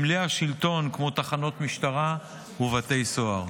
אל סמלי שלטון כמו תחנות משטרה ובתי סוהר.